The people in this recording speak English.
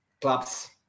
clubs